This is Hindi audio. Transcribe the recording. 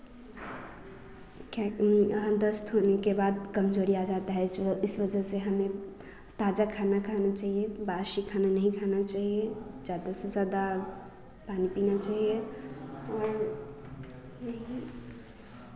फेक दस्त होने के बाद कमज़ोरी आ जाता है तो इस वजह से हमें ताज़ा खाना खाना चाहिए बासी खाना नहीं खाना चाहिए ज़्यादा से ज़्यादा पानी पीना चाहिए और यही